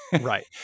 Right